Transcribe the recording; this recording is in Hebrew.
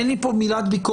אין לי פה מילת ביקורת,